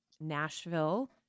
Nashville